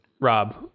Rob